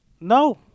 No